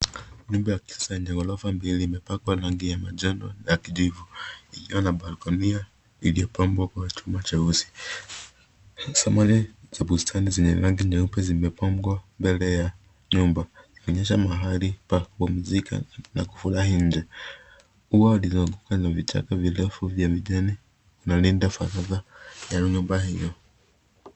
Nyumba ya kisasa yenye ghorofa mbili imepakwa rangi ya majano na kijivu. Iliyo na balconia iliyopambwa kwa chuma cheusi. Samani za bustani zenye rangi nyeupe zimepangwa mbele ya nyumba. Ikionyesha mahali pa kupumzika na kufurahi nje. Ua lililo na vichaka virefu vya majani inalinda baraza ya nyumba hilo.